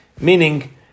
Meaning